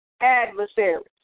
adversaries